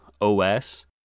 OS